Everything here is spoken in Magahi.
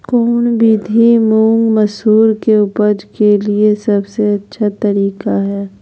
कौन विधि मुंग, मसूर के उपज के लिए सबसे अच्छा तरीका है?